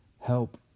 help